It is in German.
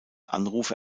anrufe